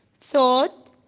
thought